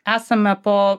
esame po